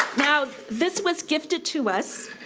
now this was gifted to us